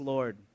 Lord